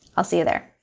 i'll see ya there.